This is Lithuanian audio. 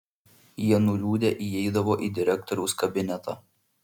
jie nuliūdę įeidavo į direktoriaus kabinetą